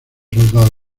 soldados